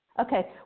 Okay